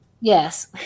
yes